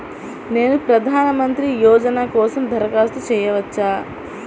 నేను ప్రధాన మంత్రి యోజన కోసం దరఖాస్తు చేయవచ్చా?